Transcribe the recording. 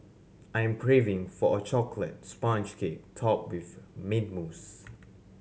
I am craving for a chocolate sponge cake topped with mint mousse